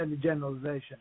generalization